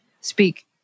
speak